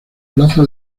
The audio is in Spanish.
plaza